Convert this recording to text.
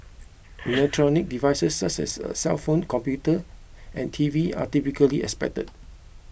electronic devices such as cellphone computer and T V are typically expected